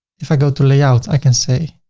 if i go to layout, i can say